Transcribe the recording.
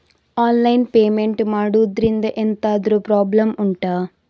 online payment ಮಾಡುದ್ರಿಂದ ಎಂತಾದ್ರೂ problem ಉಂಟಾ